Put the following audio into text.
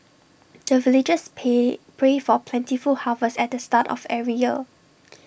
the villagers pay pray for plentiful harvest at the start of every year